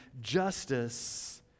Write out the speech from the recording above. justice